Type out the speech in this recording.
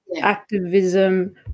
activism